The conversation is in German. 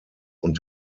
und